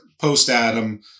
post-Adam